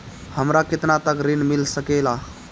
हमरा केतना तक ऋण मिल सके ला?